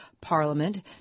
Parliament